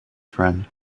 friend